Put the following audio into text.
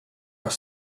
are